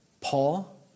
Paul